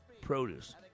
produce